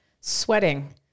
sweating